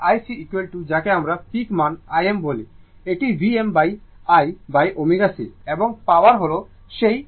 এটি IC যাকে আমরা পিক মান Im বলি এটি Vm1ω C এবং পাওয়ার হল সেই দ্বিগুন ফ্রিকোয়েন্সি